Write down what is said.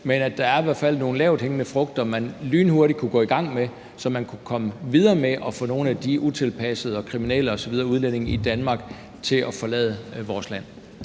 men der er i hvert fald nogle lavthængende frugter, man lynhurtigt kunne gå i gang med, så man kunne komme videre med at få nogle af de utilpassede og kriminelle udlændinge i Danmark til at forlade vores land.